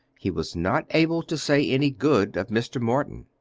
he was not able to say any good of mr. morton.